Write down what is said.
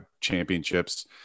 championships